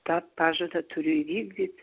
tą pažadą turiu įvykdyt